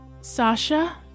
Sasha